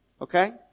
okay